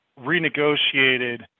renegotiated